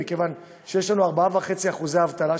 מכיוון שיש לנו 4.5% אבטלה,